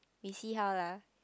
we see how lah